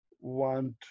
want